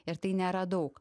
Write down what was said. ir tai nėra daug